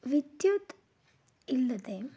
ವಿದ್ಯುತ್ ಇಲ್ಲದೆ